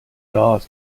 dawes